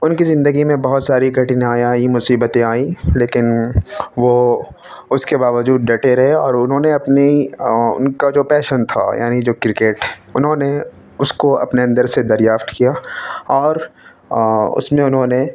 ان کی زندگی میں بہت ساری کٹھینایاں آئیں مصیبتیں آئیں لیکن وہ اس کے باوجود ڈٹے رہے اور انہوں نے اپنی ان کا جو پیشن تھا یعنی کرکٹ انہوں نے اس کو اپنے اندر سے دریافت کیا اور اس میں انہوں نے